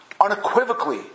unequivocally